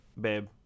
Babe